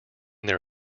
their